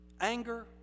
anger